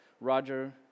Roger